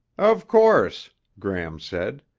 of course, gram said.